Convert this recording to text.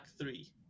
three